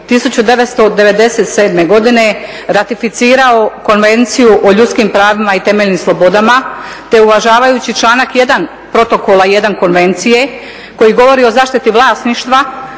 1997. godine ratificirao Konvenciju o ljudskim pravima i temeljnim slobodama, te uvažavajući članak 1. Protokola I Konvencije koji govori o zaštiti vlasništva